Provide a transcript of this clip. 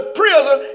prison